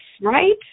right